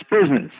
business